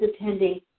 attending